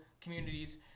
communities